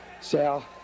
Sal